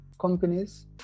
companies